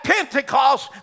Pentecost